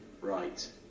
right